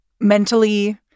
mentally